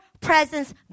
presence